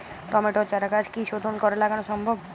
টমেটোর চারাগাছ কি শোধন করে লাগানো সম্ভব?